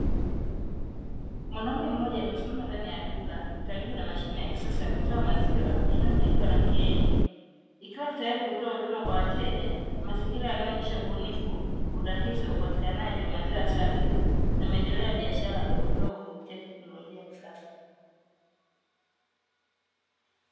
Mwanaume mmoja amesimama ndani ya duka karibu na mashine ya kisasa ya kutoa maziwa, inayomikiliwa na "Kieni", ikiwa tayari kutoa huduma kwa wateja mazingira yanayooshesha ubunifu urahisi wa upatikanaji wa bidhaa safi na maendeleo ya biashara ndogondogo, kuptia teknolojia ya kisasa .